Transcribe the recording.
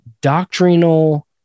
doctrinal